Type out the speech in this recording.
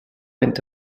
inte